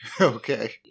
Okay